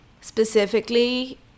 specifically